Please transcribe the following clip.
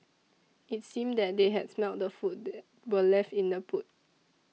it seemed that they had smelt the food were left in the boot